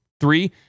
Three